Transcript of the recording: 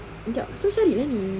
jap aku tengah cari lah ni